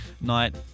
night